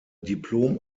diplom